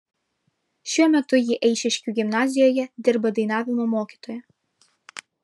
šiuo metu ji eišiškių gimnazijoje dirba dainavimo mokytoja